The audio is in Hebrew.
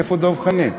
איפה דב חנין?